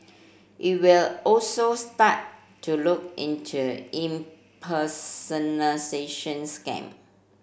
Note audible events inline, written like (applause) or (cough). it will also start to look into (unintelligible) scam